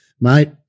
mate